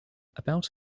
about